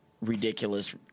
ridiculous